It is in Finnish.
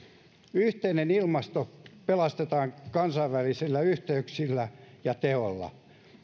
yhteinen ilmasto pelastetaan kansainvälisillä yhteyksillä ja teoilla